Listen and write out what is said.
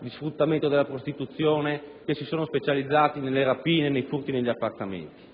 di sfruttamento della prostituzione e che si sono specializzati nelle rapine e nei furti negli appartamenti.